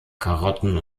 karotten